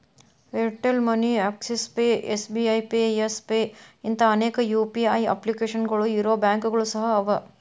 Airtel money Axis pay SBI pay yes pay ಇಂಥಾ ಅನೇಕ UPI ಅಪ್ಲಿಕೇಶನ್ಗಳು ಇರೊ ಬ್ಯಾಂಕುಗಳು ಸಹ ಅವ